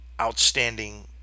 outstanding